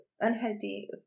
unhealthy